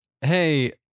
Hey